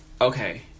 Okay